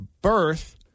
birth